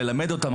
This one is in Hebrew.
ללמד אותן.